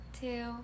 two